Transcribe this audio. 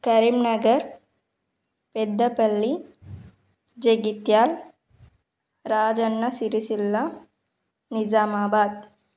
Karimnagar Peddapalli Jagtial Rajanna Sircilla Nizamabad